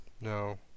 no